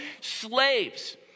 Slaves